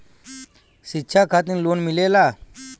शिक्षा खातिन लोन मिलेला?